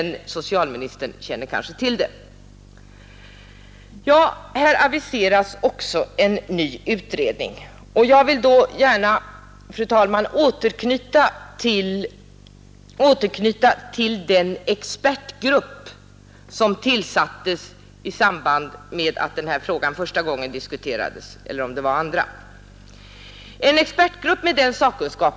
Socialministern kanske känner till hur därmed förhåller sig. Här har också aviserats en ny utredning, och då vill jag återknyta till den expertgrupp som tillsattes i samband med att denna fråga diskuterades första gången — eller kanske det var den andra.